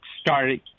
started